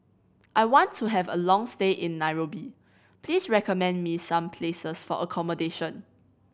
I want to have a long stay in Nairobi please recommend me some places for accommodation